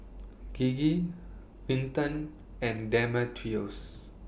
Gigi Winton and Demetrios